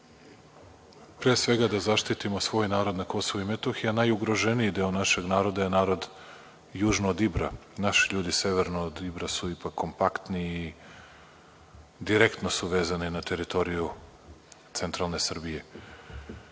pre svega da zaštitimo svoj narod na Kosovu i Metohiji, a najugroženiji deo našeg naroda je narod južno od Ibra. Naši ljudi severno od Ibra su ipak kompaktniji i direktno su vezani na teritoriju centralne Srbije.U